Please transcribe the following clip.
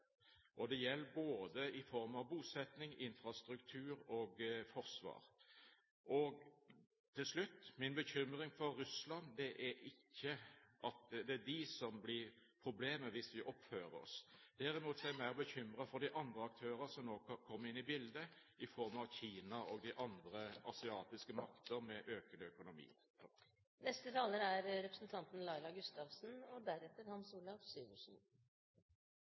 Det gjelder i form av bosetting, infrastruktur og forsvar. Helt til slutt: Min bekymring for Russland er ikke at det er de som blir problemet, hvis vi oppfører oss. Derimot er jeg mer bekymret for de andre aktørene som nå kan komme inn i bildet, som Kina og de andre asiatiske makter med økende økonomi. I Dagsrevyen i går kunne vi se reportasjen om Spyros. Spyros er en ung mann i Hellas, høyskoleutdannet og